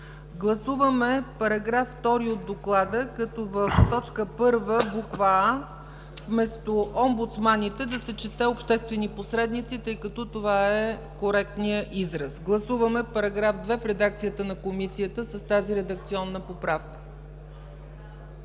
Гласуваме § 2 от доклада, като в т. 1, буква „а“ вместо „омбудсманите“ да се чете „обществени посредници“, тъй като това е коректният израз. Гласуваме § 2 в редакцията на Комисията с тази редакционна поправка.